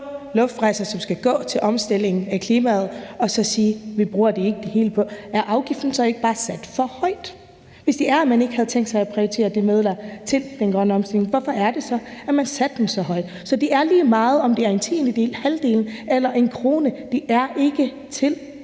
flyrejser, som skal gå til omstillingen af klimaet, og så siger: Vi bruger ikke det hele på det? Er afgiften så ikke bare sat for højt? Hvis det er, at man ikke havde tænkt sig at prioritere de midler til den grønne omstilling, hvorfor er det så, at man har sat den så højt? Så det er lige meget, om det er en tiendedel, halvdelen eller 1 kr.; det er ikke til